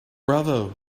bravo